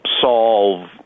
solve